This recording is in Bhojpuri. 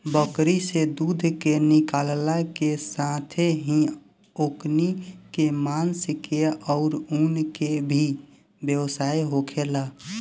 बकरी से दूध के निकालला के साथेही ओकनी के मांस के आउर ऊन के भी व्यवसाय होखेला